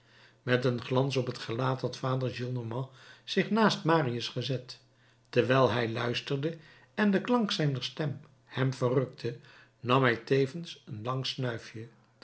met een glans op het gelaat had vader gillenormand zich naast marius gezet terwijl hij luisterde en den klank zijner stem hem verrukte nam hij tevens een lang snuifje